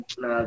na